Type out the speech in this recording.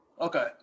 Okay